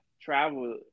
travel